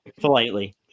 politely